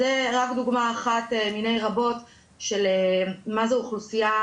זו רק דוגמה אחת מיני רבות של מה זה אוכלוסייה